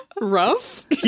rough